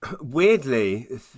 Weirdly